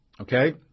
Okay